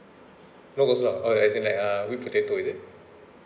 no coleslaw uh is it like uh whip potato is it